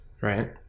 right